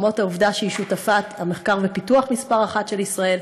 למרות העובדה שהיא שותפת המחקר ופיתוח מספר אחת של ישראל,